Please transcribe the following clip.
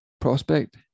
prospect